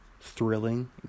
thrilling